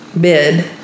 bid